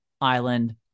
Island